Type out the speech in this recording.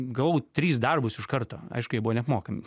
gavau trys darbus iš karto aišku jie buvo neapmokami